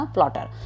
Plotter